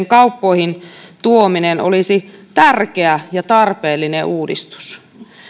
kauppoihin tuominen olisi tärkeä ja tarpeellinen uudistus